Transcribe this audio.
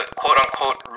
quote-unquote